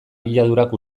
abiadurak